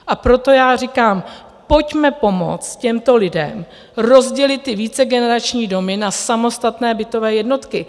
A proto já říkám, pojďme pomoci těmto lidem rozdělit ty vícegenerační domy na samostatné bytové jednotky.